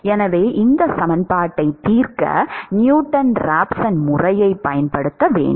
எனவே இந்த சமன்பாட்டை தீர்க்க நியூட்டன் ராப்சன் முறையைப் பயன்படுத்த வேண்டும்